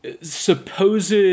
supposed